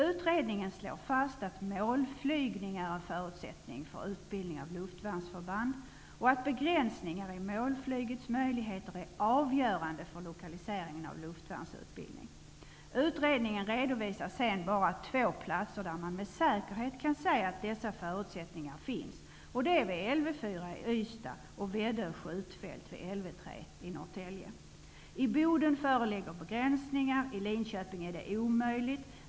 Utredningen slår fast att målflygning är en förutsättning för utbildning av luftvärnsförband och att begränsningar i målflygets möjligheter är avgörande för lokalisering av luftvärnsutbildning. Utredningen redovisar bara två platser, där man med säkerhet kan säga att dessa förutsättningar finns, och det är vid Lv 4 i Ystad och Väddö skjutfält vid Lv 3 i Norrtälje. I Boden föreligger begränsningar. I Linköping är det omöjligt.